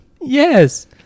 Yes